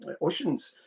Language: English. oceans